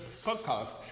podcast